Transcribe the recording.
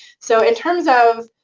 so in terms of